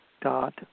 dot